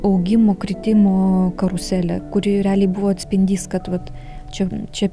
augimų kritimo karuselę kuri realiai buvo atspindys kad vat čia čia